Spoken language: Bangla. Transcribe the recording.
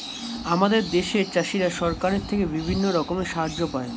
আমাদের দেশের চাষিরা সরকারের থেকে বিভিন্ন রকমের সাহায্য পায়